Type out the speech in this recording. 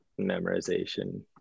memorization